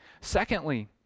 Secondly